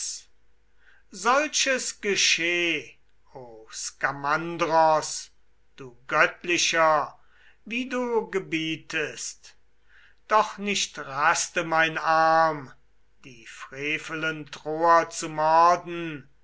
solches gescheh o skamandros du göttlicher wie du gebietest doch nicht raste mein arm die frevelen troer zu morden